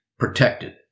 protected